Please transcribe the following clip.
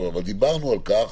אבל דיברנו על כך,